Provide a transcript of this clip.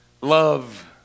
love